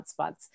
hotspots